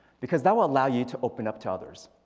because that will allow you to open up to others.